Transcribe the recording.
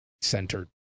centered